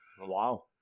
Wow